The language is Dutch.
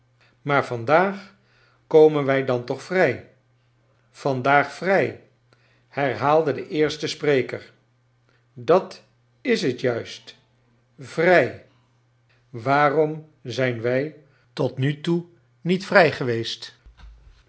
maar vandaag komen wij dan toch vrij vandaag vrij herha alde de eerste spreker dat is het juist vrij waaroni zijn wij tot nu toe niet vrij geweest